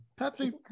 pepsi